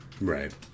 right